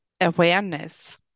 awareness